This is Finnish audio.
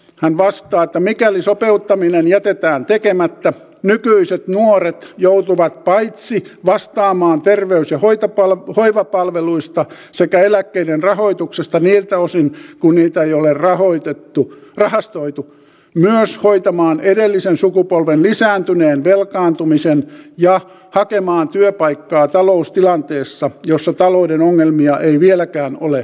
hän vastaa että mikäli sopeuttaminen jätetään tekemättä nykyiset nuoret joutuvat paitsi vastaamaan terveys ja hoivapalveluista sekä eläkkeiden rahoituksesta niiltä osin kuin niitä ei ole rahastoitu myös hoitamaan edellisen sukupolven lisääntyneen velkaantumisen ja hakemaan työpaikkaa taloustilanteessa jossa talouden ongelmia ei vieläkään ole ratkaistu